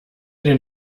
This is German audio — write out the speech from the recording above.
den